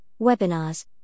webinars